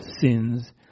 sins